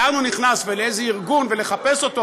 לאן הוא נכנס ולאיזה ארגון ולחפש אותו,